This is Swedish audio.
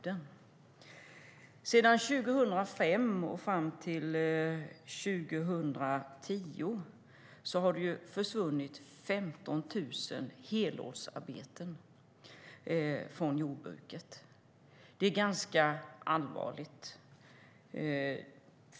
Sedan 2005 och fram till 2010 har 15 000 helårsarbeten försvunnit från jordbruket. Det är ganska allvarligt.